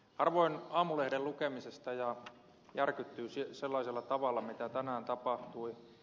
harvoin aamulehden lukemisesta järkyttyy sellaisella tavalla mitä tänään tapahtui